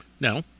No